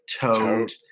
Toad